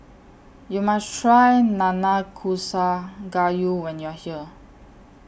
YOU must Try Nanakusa Gayu when YOU Are here